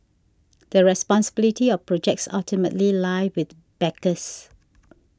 the responsibility of projects ultimately lie with backers